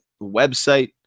website